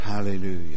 Hallelujah